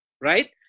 right